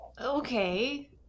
Okay